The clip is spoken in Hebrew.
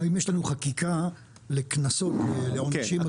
האם יש לנו חקיקה לקנסות, לעונשים מתאימים?